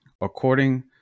according